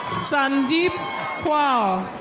sandeep kaur.